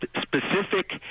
specific